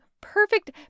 perfect